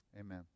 amen